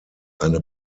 eine